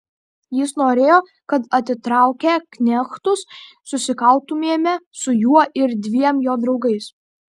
jis norėjo kad atitraukę knechtus susikautumėme su juo ir dviem jo draugais